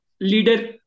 leader